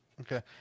Okay